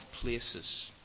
places